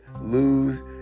lose